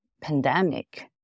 pandemic